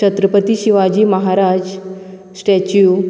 Chhatrapati Shivaji Maharaj statue